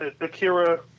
Akira